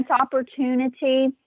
opportunity